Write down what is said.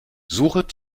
suche